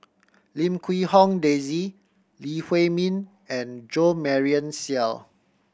Lim Quee Hong Daisy Lee Huei Min and Jo Marion Seow